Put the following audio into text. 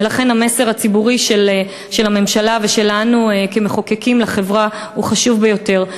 ולכן המסר הציבורי של הממשלה ושלנו כמחוקקים לחברה הוא חשוב ביותר.